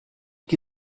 que